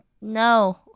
No